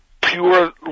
pure